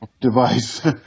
device